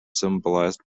symbolized